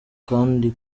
kandi